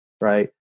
right